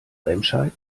remscheid